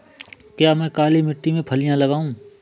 क्या मैं काली मिट्टी में फलियां लगाऊँ?